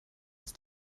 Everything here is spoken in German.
ist